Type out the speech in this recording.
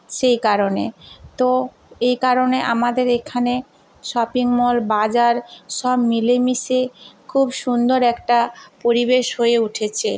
সেই কারণে তো এই কারণে আমাদের এখানে শপিং মল বাজার সব মিলেমিশে খুব সুন্দর একটা পরিবেশ হয়ে উঠেছে